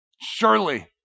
Surely